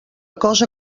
cosa